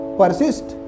persist